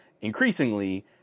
Increasingly